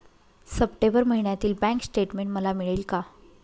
September महिन्यातील bank statement मला मिळेल का?